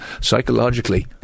psychologically